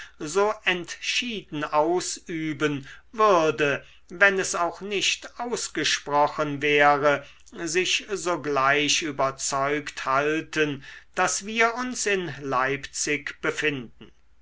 so entschieden ausüben würde wenn es auch nicht ausgesprochen wäre sich sogleich überzeugt halten daß wir uns in leipzig befinden